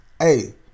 hey